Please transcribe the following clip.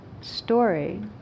story